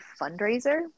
fundraiser